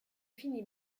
finit